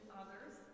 others